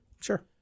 Sure